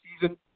season